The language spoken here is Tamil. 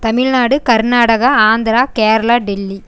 தமிழ்நாடு கர்நாடகா ஆந்திரா கேரளா டெல்லி